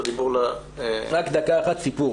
סיפור